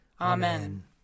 Amen